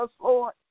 Lord